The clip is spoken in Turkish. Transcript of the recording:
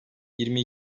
yirmi